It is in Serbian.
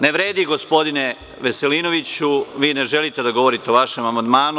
Ne vredi, gospodine Veselinoviću, vi ne želite da govorite o vašem amandmanu.